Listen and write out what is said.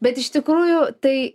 bet iš tikrųjų tai